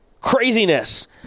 craziness